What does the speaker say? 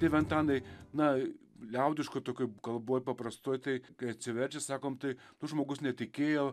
tėve antanai na liaudiškoj tokioj kalboj paprastoj tai kai atsiverčia sakom tai žmogus netikėjo